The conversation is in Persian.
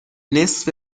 نصف